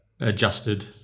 adjusted